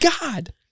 God